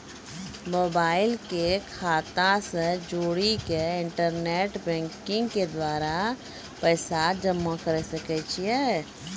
Mobile के खाता से जोड़ी के इंटरनेट बैंकिंग के द्वारा पैसा जमा करे सकय छियै?